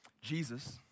Jesus